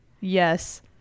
Yes